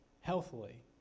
healthily